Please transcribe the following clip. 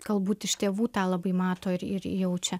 galbūt iš tėvų tą labai mato ir ir jaučia